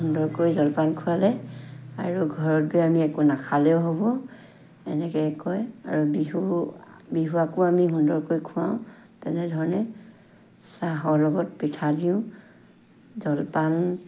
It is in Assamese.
সুন্দৰকৈ জলপান খুৱালে আৰু ঘৰত গৈ আমি একো নাখালেও হ'ব এনেকৈ কয় আৰু বিহু বিহুৱাকো আমি সুন্দৰকৈ খুৱাও তেনেধৰণে চাহৰ লগত পিঠা দিওঁ জলপান